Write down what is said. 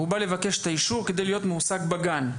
והוא בא לבקש אישור כדי להיות מועסק בגן.